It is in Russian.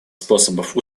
способов